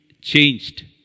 changed